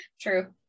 true